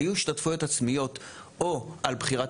היו השתתפויות עצמיות או על בחירת